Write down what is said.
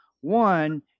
one